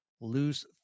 lose